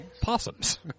Possums